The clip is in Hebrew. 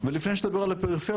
ולפני שנדבר על הפריפריה,